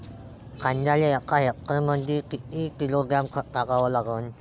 कांद्याले एका हेक्टरमंदी किती किलोग्रॅम खत टाकावं लागन?